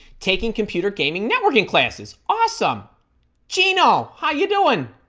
taking computer gaming networking classes awesome chino how you doing